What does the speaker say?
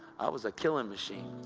i was a killing machine.